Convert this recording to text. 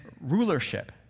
rulership